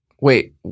Wait